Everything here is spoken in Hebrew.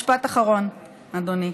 משפט אחרון, אדוני.